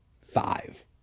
five